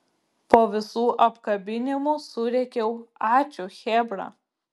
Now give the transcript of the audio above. po visų apkabinimų surėkiau ačiū chebra